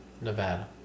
Nevada